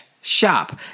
shop